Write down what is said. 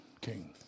king